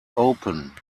open